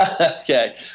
Okay